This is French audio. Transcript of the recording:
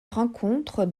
rencontre